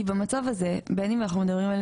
במצב הזה, בין אם אנחנו מדברים על